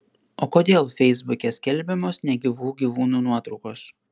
o kodėl feisbuke skelbiamos negyvų gyvūnų nuotraukos